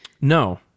No